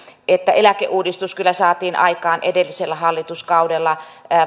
eläkeuudistus kyllä saatiin aikaan edellisellä hallituskaudella